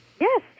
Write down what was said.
Yes